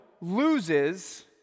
loses